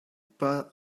pas